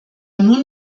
nun